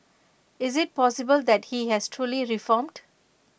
is IT possible that he has truly reformed